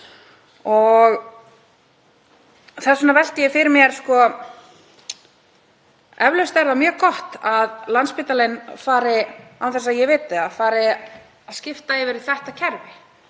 Þess vegna velti ég fyrir mér: Eflaust er það mjög gott að Landspítalinn fari, án þess að ég viti það, að skipta yfir í þetta kerfi.